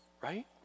right